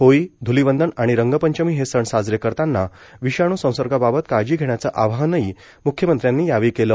होळी ध्लिवंदन आणि रंगपंचमी हे सण साजरे करताना विषाणू संसर्गाबाबत काळजी घेण्याचं आवाहनही म्ख्यमंत्र्यांनी केलं